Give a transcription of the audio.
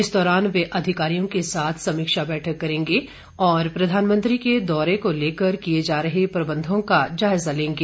इस दौरान वे अधिकारियों के साथ समीक्षा बैठक करेंगे और प्रधानमंत्री के दौरे को लेकर किए जा रहे प्रबंधों का जायजा लेंगे